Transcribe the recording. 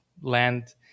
land